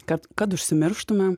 kad kad užsimirštumėm